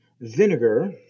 Vinegar